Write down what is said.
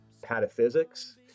pataphysics